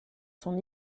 son